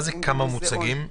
מה זה "כמה מוצגים"?